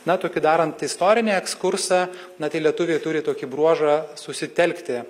na tokį darant istorinį ekskursą na tai lietuviai turi tokį bruožą susitelkti